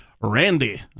randy